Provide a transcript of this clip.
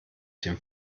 den